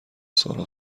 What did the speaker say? سارا